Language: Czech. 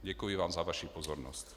Děkuji vám za vaši pozornost.